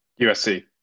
USC